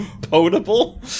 potable